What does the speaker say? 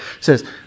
says